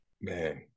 Man